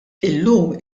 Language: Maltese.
illum